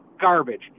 Garbage